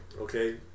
okay